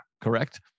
correct